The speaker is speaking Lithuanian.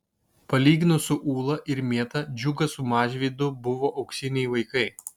palyginus su ūla ir mėta džiugas su mažvydu buvo auksiniai vaikai